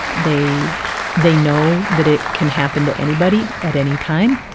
they they know that it can happen to anybody at any time.